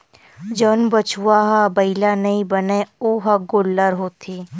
जउन बछवा ह बइला नइ बनय ओ ह गोल्लर होथे